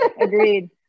Agreed